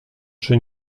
przy